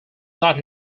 not